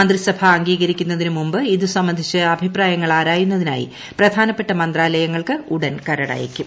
മന്ത്രിസഭ അംഗീകരിക്കുന്നതിന് മുമ്പ് ഇത് സംബന്ധിച്ച് അഭിപ്രായങ്ങൾ ആരായുന്നതിനായി പ്രധാനപ്പെട്ട മന്ത്രാലയങ്ങൾക്ക് ഉടൻ കരട് അയയ്ക്കും